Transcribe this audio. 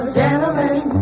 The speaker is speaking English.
gentlemen